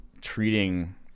treating –